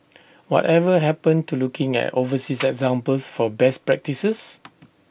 whatever happened to looking at overseas examples for best practices